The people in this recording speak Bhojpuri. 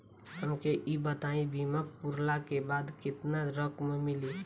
हमके ई बताईं बीमा पुरला के बाद केतना रकम मिली?